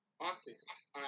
artists